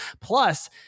Plus